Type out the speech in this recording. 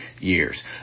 years